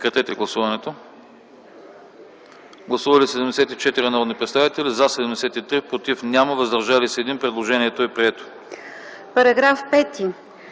Параграф 7